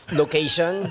location